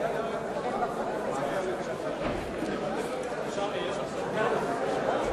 עד אשר נתקן את התקלה.